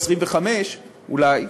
25,000 אולי,